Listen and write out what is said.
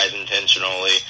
intentionally